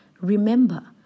Remember